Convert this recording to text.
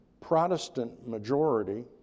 Protestant-majority